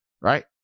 Right